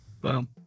Boom